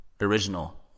original